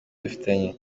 dufitanye